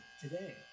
today